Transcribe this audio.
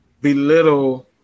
belittle